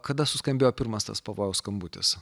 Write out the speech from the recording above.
kada suskambėjo pirmas tas pavojaus skambutis